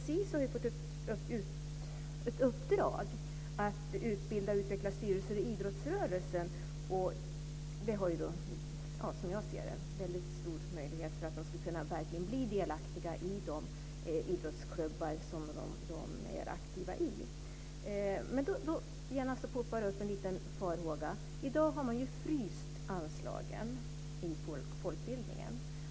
SISU har fått i uppdrag att utbilda och utveckla styrelser i idrottsrörelsen, och det tror jag ger ungdomarna en stor möjlighet att verkligen bli delaktiga i de idrottsklubbar där de är aktiva. Men genast poppar det upp en liten farhåga. I dag har man ju fryst anslagen till folkbildningen.